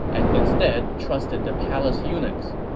and instead trusted the palace eunuchs.